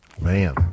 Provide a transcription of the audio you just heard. Man